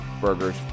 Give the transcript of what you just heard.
Burgers